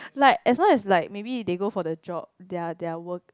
like as long as like maybe they go for the job their their work